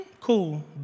Cool